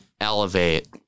elevate